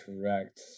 correct